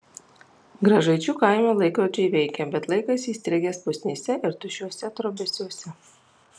gražaičių kaime laikrodžiai veikia bet laikas įstrigęs pusnyse ir tuščiuose trobesiuose